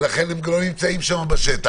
לכן הם גם לא נמצאים שם בשטח.